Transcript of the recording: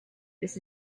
this